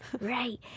right